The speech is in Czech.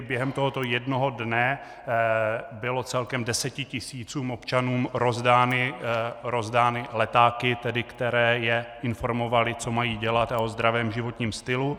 Během tohoto jednoho dne byly celkem deseti tisícům občanů rozdány letáky, které je informovaly, co mají dělat a o zdravém životním stylu.